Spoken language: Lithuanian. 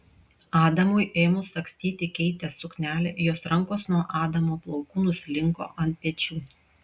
adamui ėmus sagstyti keitės suknelę jos rankos nuo adamo plaukų nuslinko ant pečių